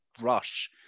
rush